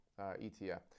ETF